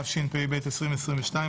התשפ"ב 2022,